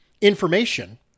information